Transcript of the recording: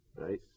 right